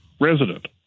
resident